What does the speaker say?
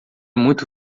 muito